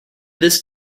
this